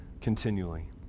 continually